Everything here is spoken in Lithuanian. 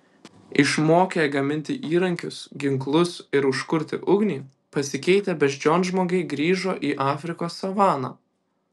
išmokę gaminti įrankius ginklus ir užkurti ugnį pasikeitę beždžionžmogiai grįžo į afrikos savaną